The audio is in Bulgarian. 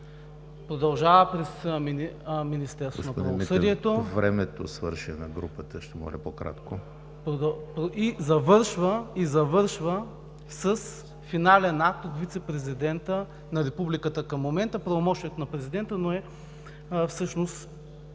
Продължава през Министерството на правосъдието и завършва с финален акт от вицепрезидента на Републиката – към момента правомощието на президента, но всъщност